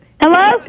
Hello